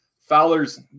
Fowler's